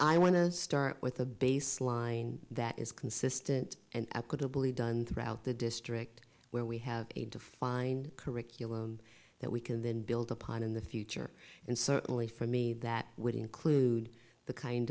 i want to start with a baseline that is consistent and equitably done throughout the district where we have a defined curriculum that we can then build upon in the future and certainly for me that would include the kind